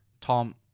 Tom